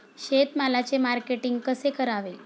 शेतमालाचे मार्केटिंग कसे करावे?